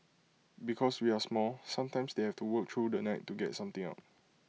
because we are small sometimes they have to work through the night to get something out